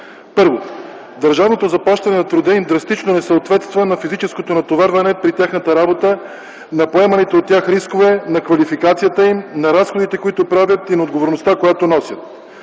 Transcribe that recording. Първо, държавното заплащане на труда им драстично не съответства на физическото натоварване при тяхната работа, на поеманите от тях рискове, на квалификацията им, на разходите, които правят, и на отговорността, която носят.